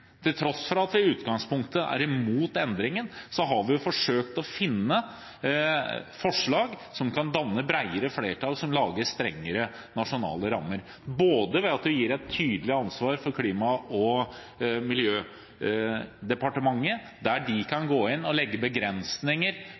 til tross for at vi i utgangspunktet er imot endringen, har vi jo forsøkt å finne forslag som kan danne bredere flertall, og som lager strengere nasjonale rammer, der man ikke tillater scooterløyper inn i det som er sammenhengende nasjonale vinterfriluftsområder, både ved at man gir et tydelig ansvar til Klima- og miljødepartementet, slik at de kan